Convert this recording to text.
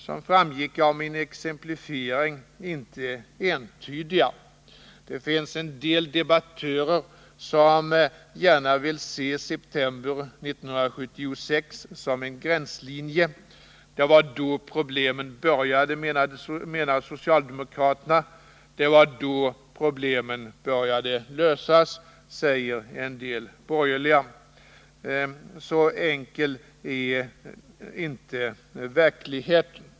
Som framgick av min exemplifiering är dessa förändringar inte entydiga. Det finns en del debattörer som gärna vill se september 1976 som en gränslinje. Det var då problemen började, menar socialdemokraterna, det var då problemen började lösas, säger en del borgerliga. Så enkel är inte verkligheten.